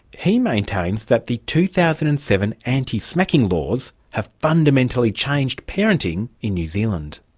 he maintains that the two thousand and seven anti-smacking laws have fundamentally changed parenting in new zealand.